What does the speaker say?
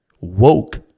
woke